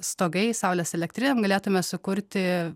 stogai saulės elektrinėm galėtume sukurti